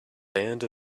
band